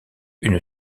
une